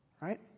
right